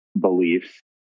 beliefs